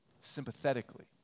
sympathetically